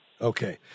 Okay